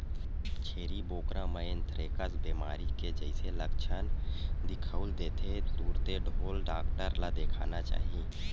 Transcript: छेरी बोकरा म एंथ्रेक्स बेमारी के जइसे लक्छन दिखउल देथे तुरते ढ़ोर डॉक्टर ल देखाना चाही